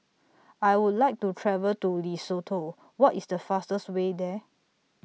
I Would like to travel to Lesotho What IS The fastest Way There